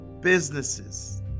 businesses